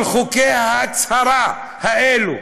כל חוקי ההצהרה האלו